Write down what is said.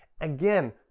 Again